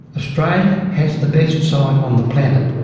australia has the best site on the planet.